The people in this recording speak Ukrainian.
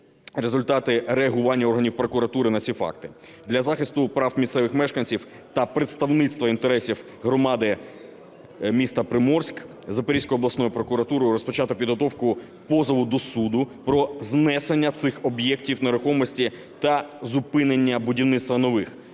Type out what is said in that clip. результати реагування органів прокуратури на ці факти. Для захисту прав місцевих мешканців та представництво інтересів громади міста Приморськ Запорізькою обласною прокуратурою розпочато підготовку позову до суду про знесення цих об'єктів нерухомості та зупинення будівництва нових,